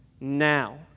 now